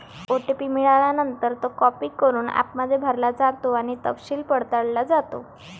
OTP मिळाल्यानंतर, तो copy करून ॲपमध्ये भरला जातो आणि तपशील पडताळला जातो